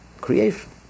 creation